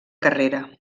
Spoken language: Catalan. carrera